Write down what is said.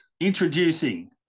introducing